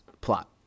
plot